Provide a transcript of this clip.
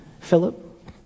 Philip